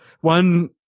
one